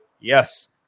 yes